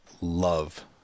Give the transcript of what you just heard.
love